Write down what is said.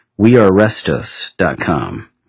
wearerestos.com